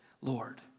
Lord